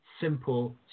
Simple